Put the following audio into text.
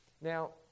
Now